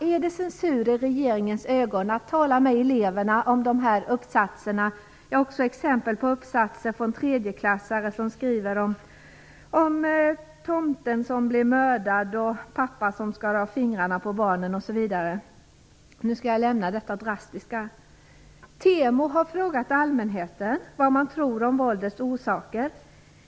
Är det censur i regeringens ögon att tala med eleverna om sådana här uppsatser? Jag har också exempel på uppsatser från tredjeklassare som skriver om tomten som blev mördad, om pappan som skar av fingrarna på barnen osv. TEMO har frågat allmänheten vad man tror om våldets orsaker.